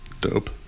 Dope